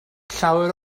llawer